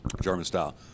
German-style